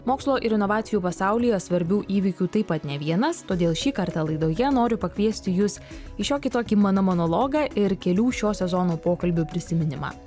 mokslo ir inovacijų pasaulyje svarbių įvykių taip pat ne vienas todėl šį kartą laidoje noriu pakviesti jus į šiokį tokį mano monologą ir kelių šio sezono pokalbių prisiminimą